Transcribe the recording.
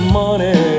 money